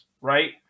right